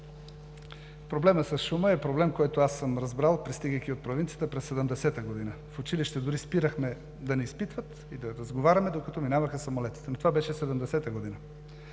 Проблемът с шума е проблем, който аз съм разбрал, пристигайки от провинцията през 1970 г. В училище дори спирахме да ни изпитват и да разговаряме, докато минаваха самолетите, но това беше 1970 година.